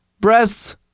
Breasts